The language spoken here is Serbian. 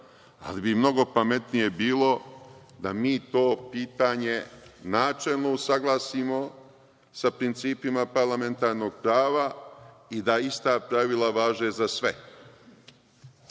ali bi mnogo pametnije bilo da mi to pitanje načelno usaglasimo sa principima parlamentarnog prava i da ista pravila važe za sve